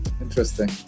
interesting